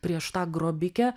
prieš tą grobikę